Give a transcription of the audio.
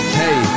hey